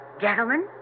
gentlemen